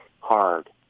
hard